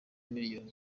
miliyoni